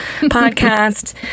podcast